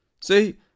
See